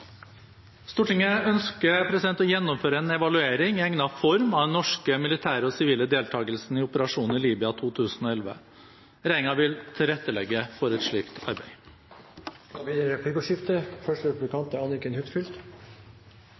Stortinget ønsker å gjennomføre en evaluering i egnet form av den norske militære og sivile deltakelsen i operasjonen i Libya i 2011. Regjeringen vil tilrettelegge for et slikt arbeid. Det blir replikkordskifte.